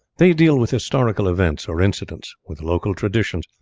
they deal with historical events or incidents, with local traditions,